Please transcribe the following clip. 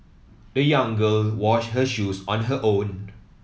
the young girl washed her shoes on her own